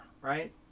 right